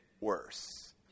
worse